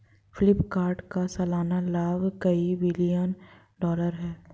फ्लिपकार्ट का सालाना लाभ कई बिलियन डॉलर है